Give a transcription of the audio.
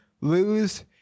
lose